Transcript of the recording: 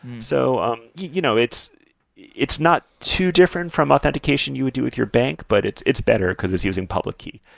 so um you know it's it's not too different from authentication you would do with your bank, but it's it's better because it's using public key.